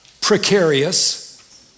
precarious